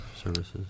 services